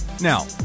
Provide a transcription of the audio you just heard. now